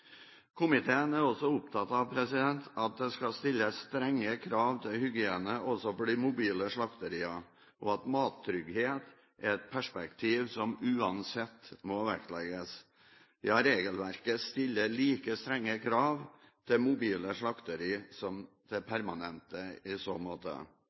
Komiteen er også opptatt av at det skal stilles strenge krav til hygiene også for de mobile slakteriene, og at mattrygghet er et perspektiv som uansett må vektlegges. Ja, regelverket stiller like strenge krav til mobile slakterier som til permanente i så måte.